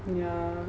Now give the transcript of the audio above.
yeah